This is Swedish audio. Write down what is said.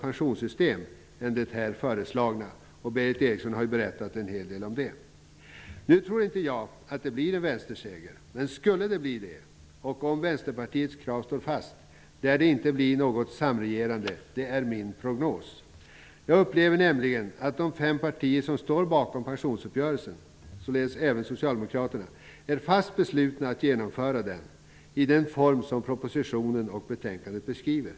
Berith Eriksson har ju berättat en hel del om det. Nu tror inte jag att det blir en vänsterseger, men skulle det bli det och om Vänsterpartiets krav står fast lär det inte bli något samregerande. Det är min prognos. Jag upplever nämligen att de fem partier som står bakom pensionsuppgörelsen, således även Socialdemokraterna, är fast beslutna att genomföra den i den form som propositionen och betänkandet beskriver.